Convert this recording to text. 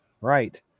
right